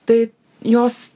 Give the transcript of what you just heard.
tai jos